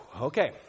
Okay